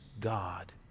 God